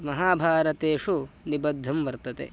महाभारतेषु निबद्धं वर्तते